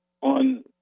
on